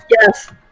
Yes